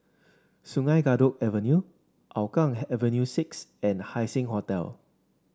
Sungei Kadut Avenue Hougang Avenue six and Haising Hotel